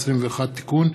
התשע"ז 2017 (תיקון),